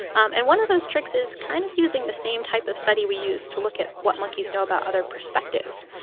and one of those tricks is kind of using the same type of study we used to look at what monkeys know about other perspectives,